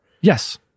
Yes